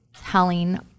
telling